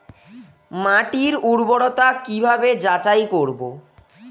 মাটির উর্বরতা কি ভাবে যাচাই করব?